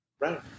Right